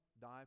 die